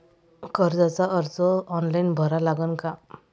कर्जाचा अर्ज ऑनलाईन भरा लागन का?